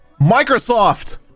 Microsoft